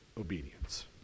obedience